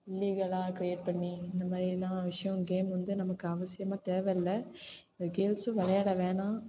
இல்லீகலா create பண்ணி இந்தமாதிரிலாம் விஷயோம் கேம் வந்து நமக்கு அவசியமாக தேவை இல்லை இதை கேர்ள்ஸ்ஸும் விளையாட வேணாம்